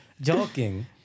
Joking